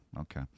okay